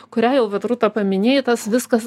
kurią jau vat rūta paminėjai tas viskas